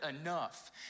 enough